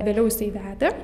vėliau jisai vedė